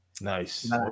nice